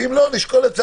ואם לא, נשקול את צעדנו.